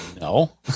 no